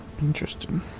Interesting